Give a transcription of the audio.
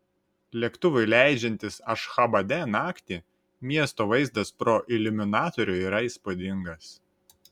lėktuvui leidžiantis ašchabade naktį miesto vaizdas pro iliuminatorių yra įspūdingas